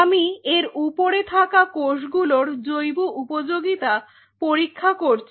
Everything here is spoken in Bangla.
আমি এর উপরে থাকা কোষগুলোর জৈব উপযোগিতা পরীক্ষা করছি